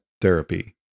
therapy